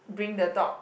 bring the dog